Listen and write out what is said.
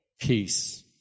peace